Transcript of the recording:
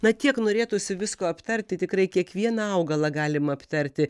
na tiek norėtųsi visko aptarti tikrai kiekvieną augalą galima aptarti